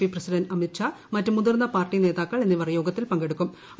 P president Amit Shah മറ്റ് മുതിർന്ന party നേതാക്കൾ എന്നിവർ യോഗത്തിൽ പ്പെട്ടുട്ടുക്കും